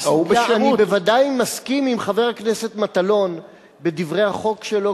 אני בוודאי מסכים עם חבר הכנסת מטלון בדברי ההסבר לחוק שלו